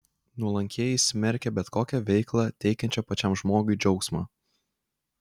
nuolankieji smerkė bet kokią veiklą teikiančią pačiam žmogui džiaugsmą